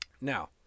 Now